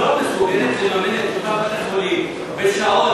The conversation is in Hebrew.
לא מסוגלת לממן את אותם בתי-חולים בשעות